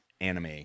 anime